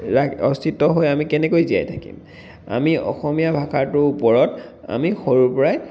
অস্তিত্ব হৈ আমি কেনেকৈ জীয়াই থাকিম আমি অসমীয়া ভাষাটোৰ ওপৰত আমি সৰুৰ পৰাই